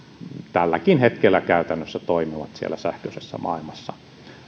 tälläkin hetkellä käytännössä toimivat siellä sähköisessä maailmassa